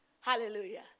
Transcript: Hallelujah